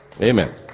Amen